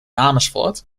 amersfoort